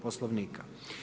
Poslovnika.